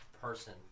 person